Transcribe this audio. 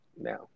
now